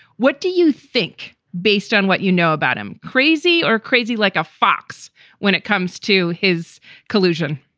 what do you think? based on what you know about him, crazy or crazy, like a fox when it comes to his collusion?